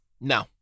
No